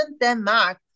Denmark